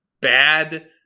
bad